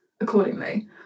accordingly